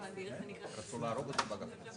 בגלל